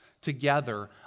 together